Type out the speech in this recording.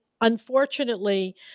unfortunately